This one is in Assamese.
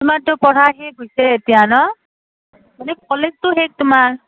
তোমাৰতো পঢ়া শেষ হৈছে এতিয়া ন মানে কলেজটো শেষ তোমাৰ